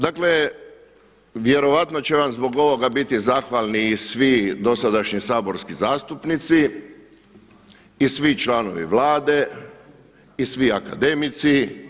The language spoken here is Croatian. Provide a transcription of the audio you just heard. Dakle, vjerojatno će vam zbog ovoga biti zahvalni i svi dosadašnji saborski zastupnici i svi članovi Vlade i svi akademici.